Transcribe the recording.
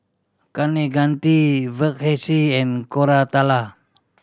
Kaneganti Verghese and Koratala